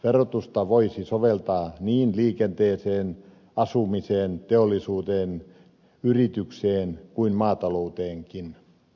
verotusta voisi soveltaa niin liikenteeseen asumiseen teollisuuteen yritykseen kuin maatalouteenkin